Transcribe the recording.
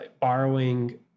borrowing